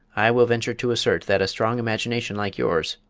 i will venture to assert that a strong imagination like yours,